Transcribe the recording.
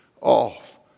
off